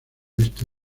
este